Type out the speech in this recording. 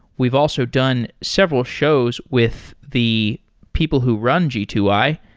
we've also done several shows with the people who run g two i,